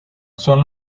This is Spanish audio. son